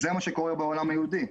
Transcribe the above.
זה מה שקורה בעולם היהודי.